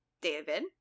David